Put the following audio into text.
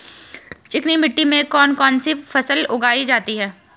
चिकनी मिट्टी में कौन कौन सी फसल उगाई जाती है?